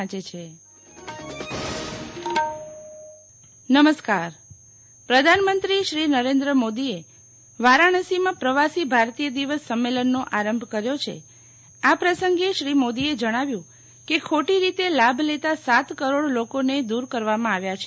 વારાણસી પ્રધાનમંત્રીશ્રી નરેન્દ્ર મોદીએ વારાણસીમાં પ્રવાસી ભારતીય દિવસ સંમેલનનો આરંભ કર્યો છે આ પ્રસંગે શ્રી મોદીએ જણાવ્યું કે ખોટી રીતે લાભ લેતા સાત કરોડ લોકોને દૂર કરવામાં આવ્યા છે